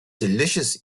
delicious